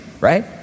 right